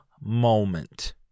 moment